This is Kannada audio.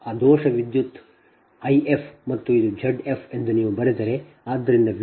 ಆದ್ದರಿಂದ V rf Z f I f ಸರಿ